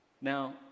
Now